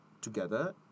together